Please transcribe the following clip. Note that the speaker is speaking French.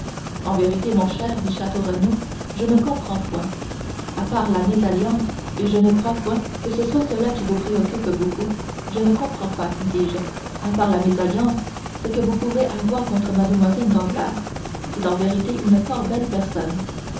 en vérité mon cher dit château renaud je ne comprends point à part la mésalliance et je ne crois point que ce soit cela qui vous préoccupe beaucoup je ne comprends pas dis-je à part la mésalliance ce que vous pouvez avoir contre mlle danglars c'est en vérité une fort belle personne